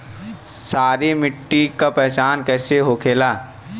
सारी मिट्टी का पहचान कैसे होखेला?